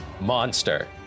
monster